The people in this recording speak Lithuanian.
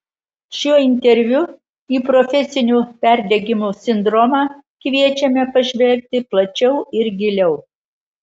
šiuo interviu į profesinio perdegimo sindromą kviečiame pažvelgti plačiau ir giliau